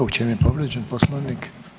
U čemu je povrijeđen Poslovnik?